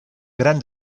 gran